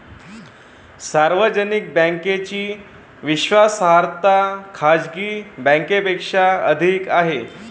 सार्वजनिक बँकेची विश्वासार्हता खाजगी बँकांपेक्षा अधिक आहे